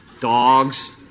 Dogs